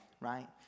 right